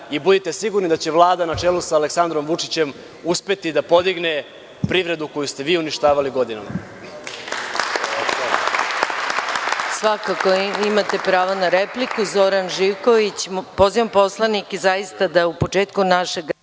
i budite sigurni da će Vlada na čelu sa Aleksandrom Vučićem uspeti da podigne privredu koju ste vi uništavali godinama.